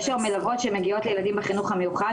יש היום מלוות שמגיעות לילדים בחינוך המיוחד,